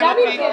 כן,